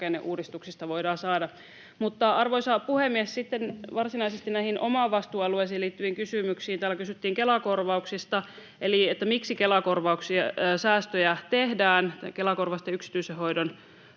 rakenneuudistuksista voidaan saada. Arvoisa puhemies! Sitten varsinaisesti näihin omaan vastuualueeseeni liittyviin kysymyksiin: Täällä kysyttiin Kela-korvauksista eli siitä, miksi säästöjä tehdään Kela-korvausten yksityisen hoidon